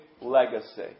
legacy